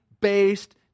based